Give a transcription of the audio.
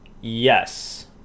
yes